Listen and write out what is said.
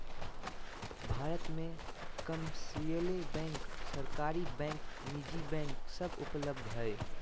भारत मे commercial bank, सरकारी bank, निजी बैंक सब उपलब्ध हय